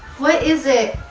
what is it?